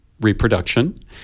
reproduction